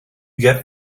get